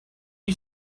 you